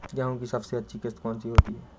गेहूँ की सबसे अच्छी किश्त कौन सी होती है?